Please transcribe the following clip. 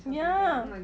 ya